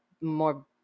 more